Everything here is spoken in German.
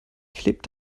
klebt